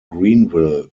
greenville